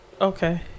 Okay